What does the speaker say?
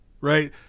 Right